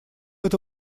эта